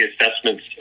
assessments